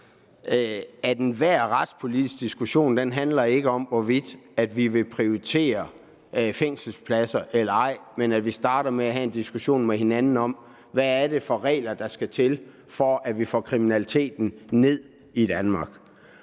at enhver retspolitisk diskussion ikke handler om, hvorvidt vi vil prioritere fængselspladser eller ej. Det handler om, at vi starter med at have en diskussion med hinanden om, hvad det er for regler, der skal til, for at vi får kriminaliteten ned i Danmark.